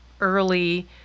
early